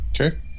Okay